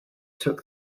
took